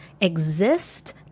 exist